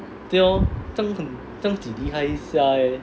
对哦这样这样几厉害一下 eh